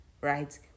right